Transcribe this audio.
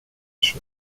نشد